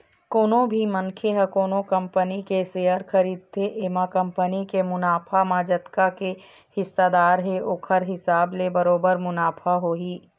कोनो भी मनखे ह कोनो कंपनी के सेयर खरीदथे एमा कंपनी के मुनाफा म जतका के हिस्सादार हे ओखर हिसाब ले बरोबर मुनाफा होही